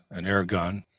an air-gun,